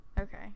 okay